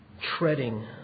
treading